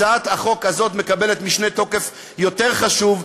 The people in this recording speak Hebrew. הצעת החוק הזאת מקבלת משנה תוקף יותר חשוב.